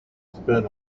spin